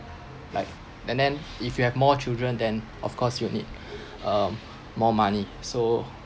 like and then if you have more children then of course you'll need um more money so